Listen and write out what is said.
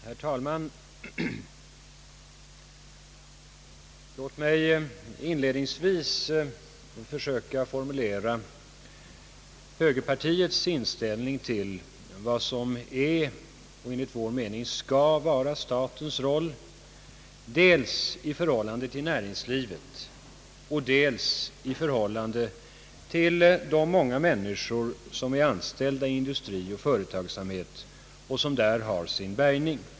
Herr talman! Låt mig inledningsvis försöka formulera högerpartiets inställning till vad som är — och enligt vår mening skall vara — statens roll dels i förhållande till näringslivet och dels i förhållande till de många människor som är anställda i industri och företagsamhet och som där har sin bärgning.